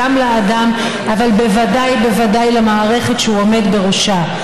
גם לאדם אבל בוודאי ובוודאי למערכת שהוא עומד בראשה.